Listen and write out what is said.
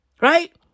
Right